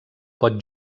pot